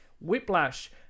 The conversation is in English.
Whiplash